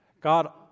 God